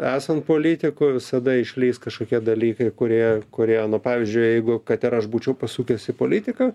esant politiku visada išlįs kažkokie dalykai kurie kurie nu pavyzdžiui jeigu kad ir aš būčiau pasukęs į politiką